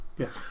Yes